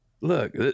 Look